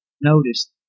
Notice